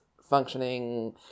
functioning